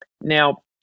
Now